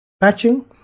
patching